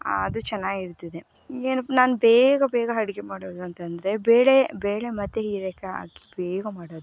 ಅದು ಚೆನ್ನಾಗಿರ್ತದೆ ಏನು ನಾನು ಬೇಗ ಬೇಗ ಅಡ್ಗೆ ಮಾಡೋದು ಅಂತಂದರೆ ಬೇಳೇ ಬೇಳೆ ಮತ್ತು ಹೀರೆಕಾಯಿ ಹಾಕಿ ಬೇಗ ಮಾಡೋದು